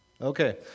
Okay